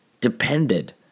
depended